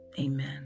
Amen